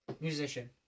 Musician